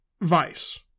Vice